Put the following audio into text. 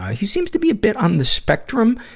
he seems to be a bit on the spectrum,